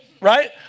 right